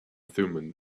thummim